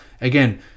again